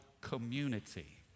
community